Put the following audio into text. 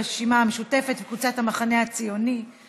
קבוצת סיעת הרשימה המשותפת וקבוצת סיעת המחנה הציוני.